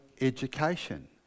education